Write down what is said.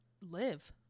live